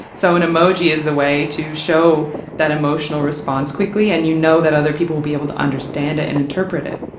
so an emoji is a way to show that emotional response quickly and you know that other people will be able to understand it and interpret it.